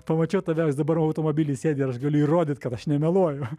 pamačiau tave jis dabar automobily sėdi ir aš galiu įrodyt kad aš nemeluoju